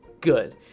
good